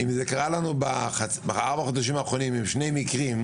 אם זה קרה לנו בארבעת החודשים האחרונים עם שני מקרים,